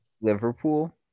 Liverpool